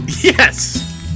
Yes